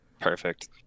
Perfect